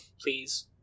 Please